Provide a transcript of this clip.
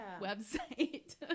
website